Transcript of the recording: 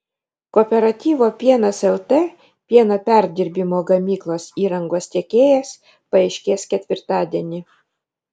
kooperatyvo pienas lt pieno perdirbimo gamyklos įrangos tiekėjas paaiškės ketvirtadienį